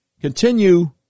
continue